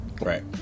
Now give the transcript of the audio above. Right